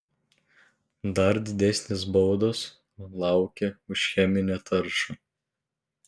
dar didesnės baudos laukia už cheminę taršą